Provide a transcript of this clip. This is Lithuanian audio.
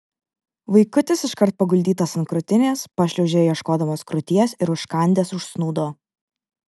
vaikutis iškart paguldytas ant krūtinės pašliaužė ieškodamas krūties ir užkandęs užsnūdo